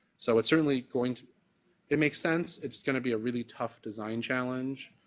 so it's certainly going it makes sense. it's going to be a really tough design challenge,